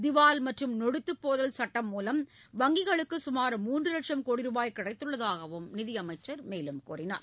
திவால் மற்றும் நொடித்துப் போதல் சுட்டம் மூலம் வங்கிகளுக்கு சுமார் மூன்று வட்சம் கோடி ரூபாய் கிடைத்துள்ளதாகவும் நிதியமைச்சர் தெரிவித்தார்